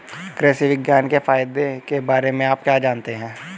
कृषि विज्ञान के फायदों के बारे में आप जानते हैं?